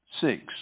six